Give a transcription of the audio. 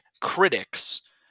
critics